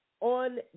on